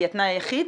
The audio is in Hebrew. היא התנאי היחיד?